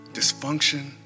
dysfunction